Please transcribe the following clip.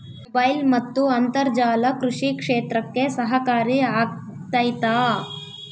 Mobile ಮತ್ತು ಅಂತರ್ಜಾಲ ಕೃಷಿ ಕ್ಷೇತ್ರಕ್ಕೆ ಸಹಕಾರಿ ಆಗ್ತೈತಾ?